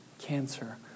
cancer